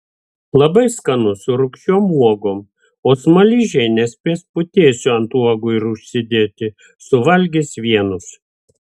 labai skanu su rūgščiom uogom o smaližiai nespės putėsių ant uogų ir užsidėti suvalgys vienus